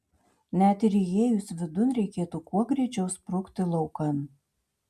net ir įėjus vidun reikėtų kuo greičiau sprukti laukan